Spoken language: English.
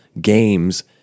Games